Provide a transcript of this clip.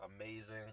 amazing